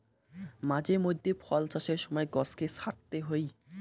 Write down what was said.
মাঝে মধ্যে ফল চাষের সময় গছকে ছাঁটতে হই